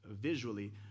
visually